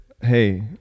hey